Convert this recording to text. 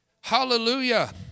Hallelujah